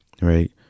Right